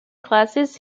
classes